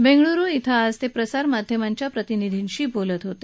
बेंगलुरु इथं ते आज प्रसार माध्यमांच्या प्रतिनिधींशी बोलत होते